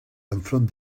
enfront